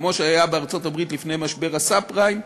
כמו שהיה בארצות-הברית לפני משבר הסאב-פריים,